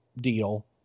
deal